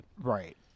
right